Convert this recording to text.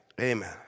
Amen